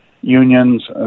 unions